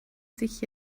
sich